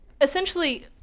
Essentially